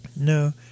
No